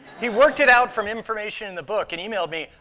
he worked it out from information in the book and emailed me,